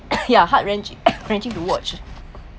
ya heart wrenching wrenching to watch